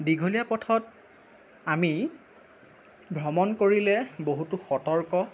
দীঘলীয়া পথত আমি ভ্ৰমণ কৰিলে বহুতো সতৰ্ক